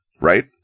Right